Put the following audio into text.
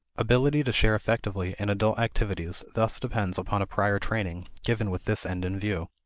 ability to share effectively in adult activities thus depends upon a prior training given with this end in view.